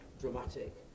dramatic